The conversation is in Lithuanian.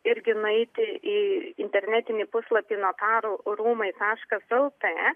irgi nueiti į internetinį puslapį notarų rūmai taškas el t